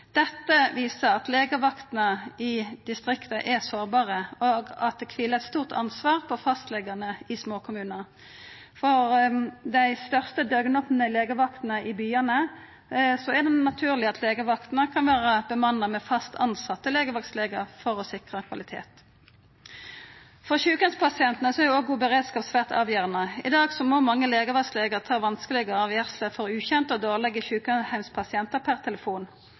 Dette viser at legevaktene i distrikta er sårbare, og at det kviler eit stort ansvar på fastlegane i små kommunar. For dei største døgnopne legevaktene i byane er det naturleg at legevaktene kan vera bemanna med fast tilsette legevaktlegar for å sikra kvalitet. For sjukeheimspasientane er òg god beredskap svært avgjerande. I dag må mange legevaktlegar ta vanskelege avgjersler for ukjente og dårlege sjukeheimspasientar per telefon.